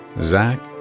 Zach